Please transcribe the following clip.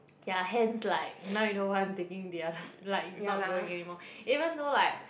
K ah hence like now you know why I'm taking the others like not going anymore even though like